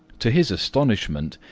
to his astonishment,